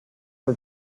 for